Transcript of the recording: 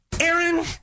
Aaron